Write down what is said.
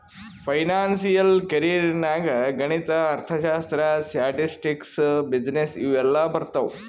financial career ನಾಗ್ ಗಣಿತ, ಅರ್ಥಶಾಸ್ತ್ರ, ಸ್ಟ್ಯಾಟಿಸ್ಟಿಕ್ಸ್, ಬಿಸಿನ್ನೆಸ್ ಇವು ಎಲ್ಲಾ ಬರ್ತಾವ್